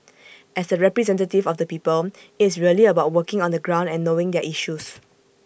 as A representative of the people IT is really about working on the ground and knowing their issues